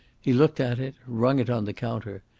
he looked at it, rung it on the counter,